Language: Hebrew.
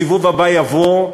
הסיבוב הבא יבוא,